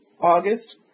August